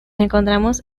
encontramos